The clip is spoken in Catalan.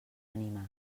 animar